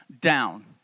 down